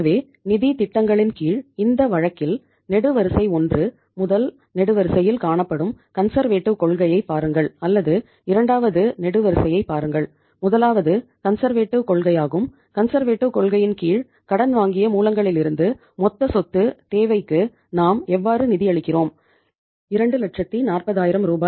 எனவே நிதி திட்டங்களின் கீழ் இந்த வழக்கில் நெடுவரிசை ஒன்று முதல் நெடுவரிசையில் காணப்படும் கன்சர்வேட்டிவ் கொள்கையின் கீழ் கடன் வாங்கிய மூலங்களிலிருந்து மொத்த சொத்து தேவைக்கு நாம் எவ்வாறு நிதியளிக்கிறோம் 240000 ரூ